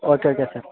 okay okay sir